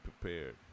prepared